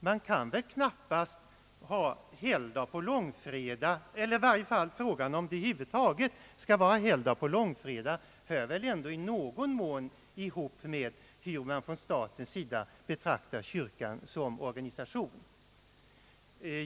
Man kan väl knappast ha helgdag på långfredagen under sådana förhållanden, ty frågan om det över huvud taget skall vara helgdag på lång fredagen hänger väl i någon mån ihop med hur man från statens sida betraktar kyrkan som organisation.